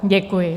Děkuji.